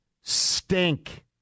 stink